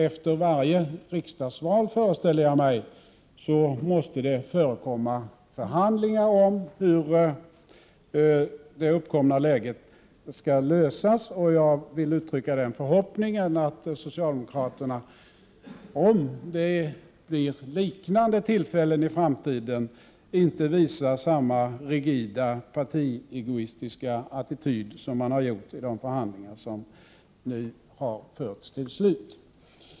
Efter varje riksdagsval, föreställer jag mig, måste det förekomma förhandlingar om hur den här problematiken skall lösas i det uppkomna läget. Jag vill uttrycka den förhoppningen att socialdemokraterna, om det blir liknande tillfällen i framtiden, inte visar samma rigida partiegoistiska attityd som de har gjort i de förhandlingar som nu har förts till slut.